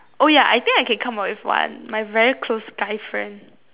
oh ya I think I can come up with one my very close guy friend